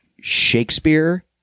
Shakespeare